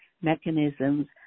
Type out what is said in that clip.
mechanisms